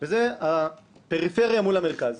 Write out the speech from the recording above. והוא הפריפריה מול המרכז.